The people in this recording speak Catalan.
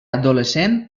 adolescent